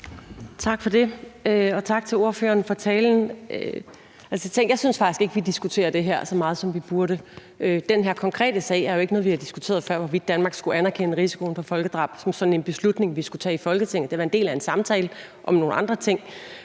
Tak for det, og tak til ordføreren for talen. Jeg synes faktisk ikke, vi diskuterer det her så meget, som vi burde. Den her konkrete sag er jo ikke noget, vi har diskuteret før, altså hvorvidt Danmark skulle anerkende risikoen for folkedrab som en beslutning vi skulle tage i Folketinget- Det har været en del af en samtale om nogle andre ting.